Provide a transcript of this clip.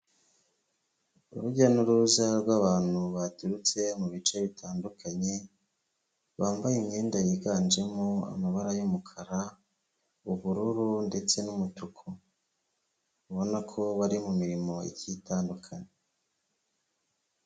Urujya n'uruza rw'abantu baturutse mu bice bitandukanye, bambaye imyenda yiganjemo amabara y'umukara, ubururu ndetse n'umutuku, ubona ko bari mu mirimo igiye itandukanye.